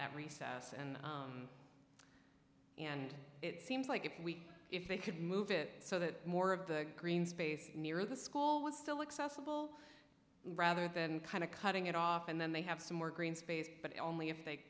t recess and and it seems like if we if they could move it so that more of the green space near the school was still excessive full rather than kind of cutting it off and then they have some more green space but only if they